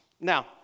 Now